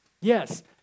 Yes